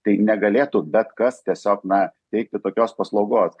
tai negalėtų bet kas tiesiog na teikti tokios paslaugos